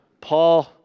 Paul